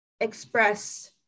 express